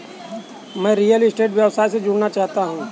मैं real estate व्यवसाय से जुड़ना चाहता हूँ